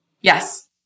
Yes